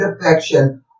affection